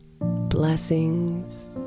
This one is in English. Blessings